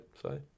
sorry